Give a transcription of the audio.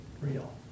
real